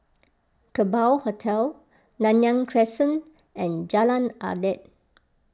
Kerbau Hotel Nanyang Crescent and Jalan Adat